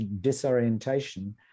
disorientation